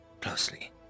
closely